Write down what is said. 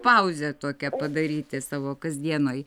pauzę tokią padaryti savo kasdienoj